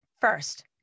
First